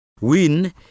Win